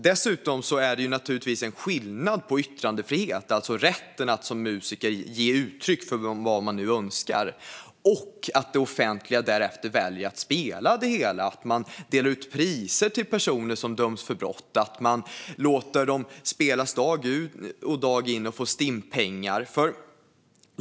Dessutom är det naturligtvis skillnad på yttrandefrihet, alltså rätten att som musiker ge uttryck för vad man nu önskar, och att det offentliga därefter väljer att spela det hela, delar ut priser till personer som dömts för brott och låter dem spelas dag ut och dag in och få Stimpengar.